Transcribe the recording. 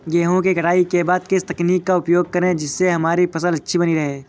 गेहूँ की कटाई के बाद किस तकनीक का उपयोग करें जिससे हमारी फसल अच्छी बनी रहे?